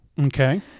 Okay